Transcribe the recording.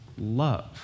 love